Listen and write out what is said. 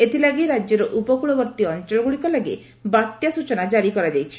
ଏଥିଲାଗି ରାକ୍ୟର ଉପକକବର୍ଭୀ ଅଞ୍ଞଳଗୁଡ଼ିକ ଲାଗି ବାତ୍ୟା ସୂଚନା କାରି କରାଯାଇଛି